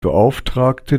beauftragte